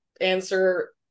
answer